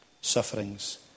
sufferings